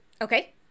okay